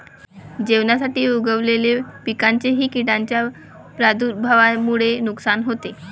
जेवणासाठी उगवलेल्या पिकांचेही किडींच्या प्रादुर्भावामुळे नुकसान होते